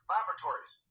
Laboratories